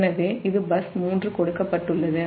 எனவே இது பஸ் 3 கொடுக்கப்பட்டுள்ளது